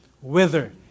wither